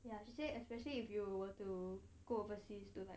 ya she say especially if you were to go overseas tonight